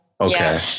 Okay